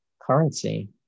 currency